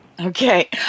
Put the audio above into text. Okay